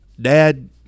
Dad